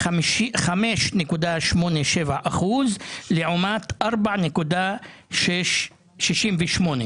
5.87 אחוזים לעומת 4.68 אחוזים".